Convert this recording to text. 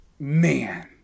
Man